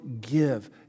give